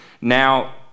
Now